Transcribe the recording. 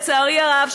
לצערי הרב,